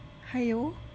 !aiyo!